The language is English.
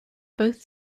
both